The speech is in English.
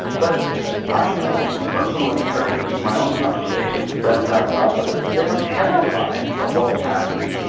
but i know from personal experience, from my own conversations with democratic operatives, that they were terrified of what was happening.